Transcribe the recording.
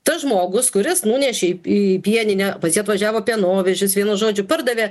tas žmogus kuris nunešė į pieninę pas jį atvažiavo pienovežis vienu žodžiu pardavė